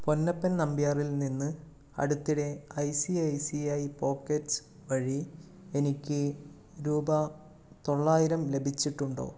പൊന്നപ്പൻ നമ്പ്യാറിൽ നിന്ന് അടുത്തിടെ I C I C I pockets വഴി എനിക്ക് രൂപ തൊള്ളായിരം ലഭിച്ചിട്ടുണ്ടോ